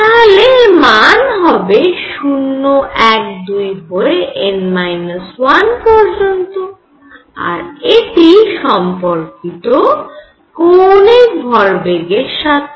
তাহলে এর মান হবে 0 1 2 হয়ে n - 1 পর্যন্ত আর এটি সম্পর্কিত কৌণিক ভরবেগের সাথে